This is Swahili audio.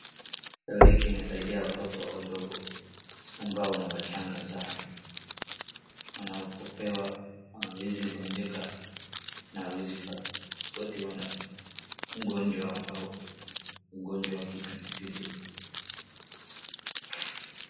Dawa hiki inasaidia watoto wadogo ambao ni wachanga sana wanapopewa hawawezi ngojeka na hawawezi pata ugonjwa ambao ugonjwa ni wa kipindupindu.